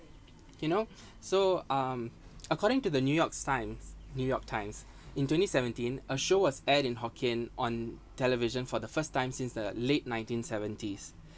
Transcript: you know so um according to the new york times new york times in twenty seventeen a show was aired in hokkien on television for the first time since the late nineteen seventies